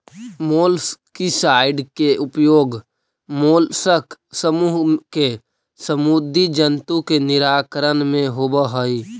molluscicide के उपयोग mollusc समूह के समुदी जन्तु के निराकरण में होवऽ हई